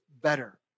better